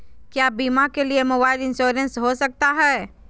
क्या बीमा के लिए मोबाइल इंश्योरेंस हो सकता है?